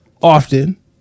often